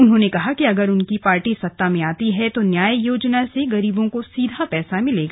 उन्होंने कहा कि अगर उनकी पार्टी सत्ता में आती है तो न्याय योजना से गरीबों को सीधे पैसा मिलेगा